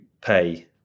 pay